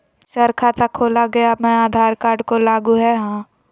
Sir खाता खोला गया मैं आधार कार्ड को लागू है हां?